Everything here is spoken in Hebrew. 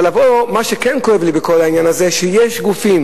מה שכן כואב לי בכל העניין הזה זה שיש גופים